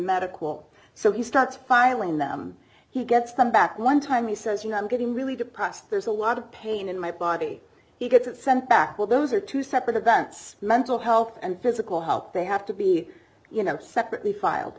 medical so he starts filing them he gets them back one time he says you know i'm getting really depressed there's a lot of pain in my body he gets it sent back well those are two separate events mental health and physical health they have to be you know separately filed